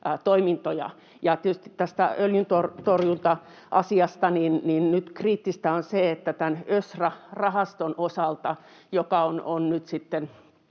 toimintoja. Tietysti tästä öljyntorjunta-asiasta nyt kriittistä on se, että tämä ÖSRA-rahasto on nyt